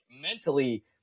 mentally